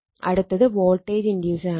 അടുത്തത് വോൾട്ടേജ് ഇൻഡ്യൂസാണ്